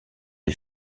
des